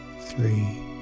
three